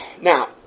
Now